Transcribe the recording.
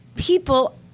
people